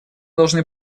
должны